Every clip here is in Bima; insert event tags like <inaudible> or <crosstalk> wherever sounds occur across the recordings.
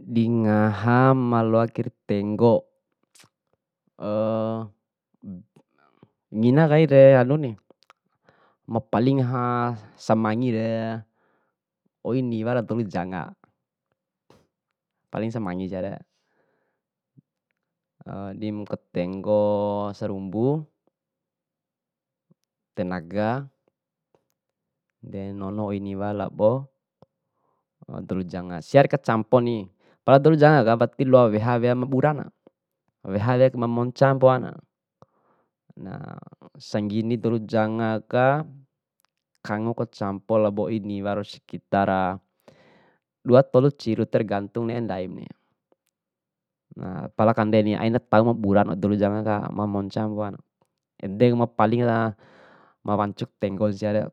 Di ngaha ma loa kair tenggo <hesitation> ngina kaire anuni mapaling ngaha semangire oi niwa lao dolu janga, paling semangi siare <hesitation> di makatenggo serumbu, tenaga, de nono oi niwa labo dolu janga, siare kacamponi pala doluka wati loa weha wea maburana, weha wea ma monca poana na, na sanggini dolu jangaka kango kacampo labo oi niwa rau sekitara dua tolu ciru tergantung ne'e ndaimni, na kandeni aina taumu ma bura siaka ma monca mpoa, ede ku mapalinga na wancuku tenggon siare. <hesitation>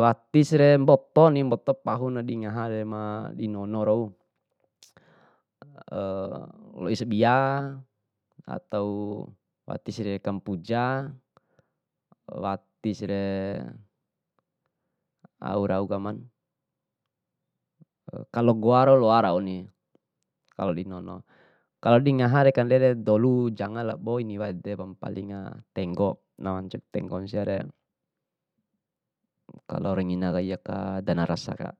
watisi re mboto ni mboto pahu na ma dinggahare ma dinono rau, <hesitation> loi sabia atau watisire kampuja, watisire au rau kaman kalo goa rau loa rauni, kalo dinono, kalo dingahare kandere dolo janga labo oi niwa edepa ma palinga tenggo, na wancuku tenggona siare, kalo rangina kai aka dana rasaka.